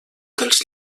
dels